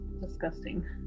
disgusting